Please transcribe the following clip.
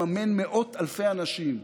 לממן את התוספות לחינוך החרדי,